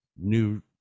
new